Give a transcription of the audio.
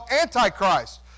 Antichrist